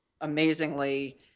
amazingly